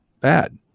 bad